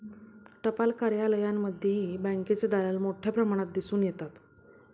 टपाल कार्यालयांमध्येही बँकेचे दलाल मोठ्या प्रमाणात दिसून येतात